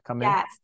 Yes